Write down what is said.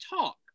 talk